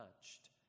touched